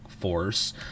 force